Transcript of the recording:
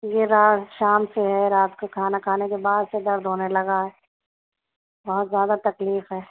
یہ رات شام سے ہے رات کو کھانا کھانے کے بعد سے درد ہونے لگا ہے بہت زیادہ تکلیف ہے